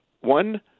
one